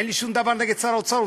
אין לי שום דבר נגד שר האוצר,